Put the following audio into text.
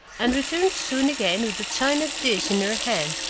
and returned soon again with a china dish in her hand,